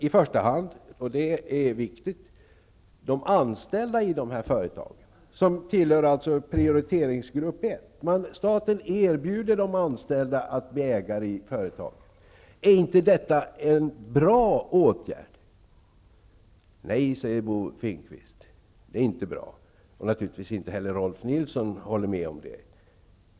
I första hand, och det är viktigt, skall det här gälla de anställda i företagen. De tillhör prioriteringsgrupp 1. Staten erbjuder de anställda att bli ägare i företagen. Är inte det en bra åtgärd? Nej, säger Bo Finnkvist. Rolf Nilson håller naturligtvis inte heller med.